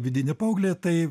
vidinį paauglį tai